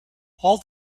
all